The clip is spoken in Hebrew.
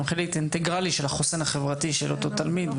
חלק אינטגרלי של החוסן החברתי של אותו תלמיד,